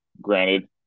Granted